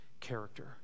character